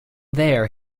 there